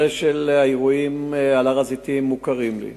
האירועים על הר-הזיתים מוכרים לי,